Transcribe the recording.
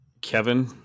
Kevin